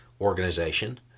organization